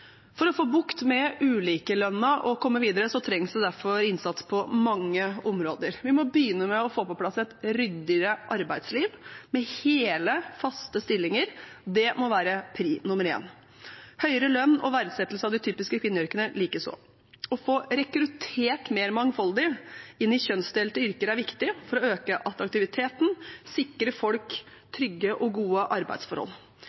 For å få bukt med ulikelønnen og komme videre trengs det derfor innsats på mange områder. Vi må begynne med å få på plass et ryddigere arbeidsliv med hele, faste stillinger. Det må være prioritet nr. 1, høyere lønn og verdsettelse av de typiske kvinneyrkene likeså. Å få rekruttert mer mangfoldig til kjønnsdelte yrker er viktig for å øke attraktiviteten og sikre folk